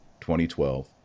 2012